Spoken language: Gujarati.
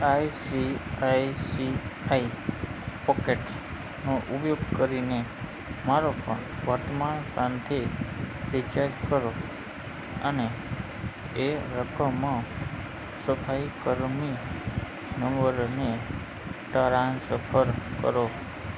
I C I C I પૉકેટ્સનો ઉપયોગ કરીને મારો ફોન પ્રવર્તમાન પ્લાનથી રીચાર્જ કરો અને એ રકમ સફાઈ કર્મી નંબરને ટ્રાન્સફર કરો